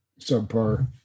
subpar